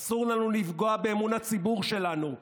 אסור לנו לפגוע באמון הציבור שלנו,